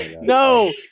No